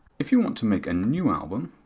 if you want to make a new album,